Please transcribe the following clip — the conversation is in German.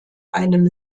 einem